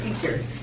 teachers